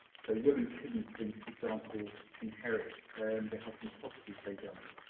so women couldn't, for an example, inherit and their husband's property if they died.